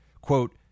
quote